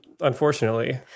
Unfortunately